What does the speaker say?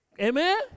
Amen